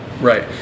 right